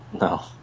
No